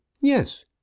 yes